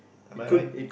am I right